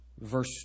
Verse